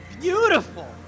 Beautiful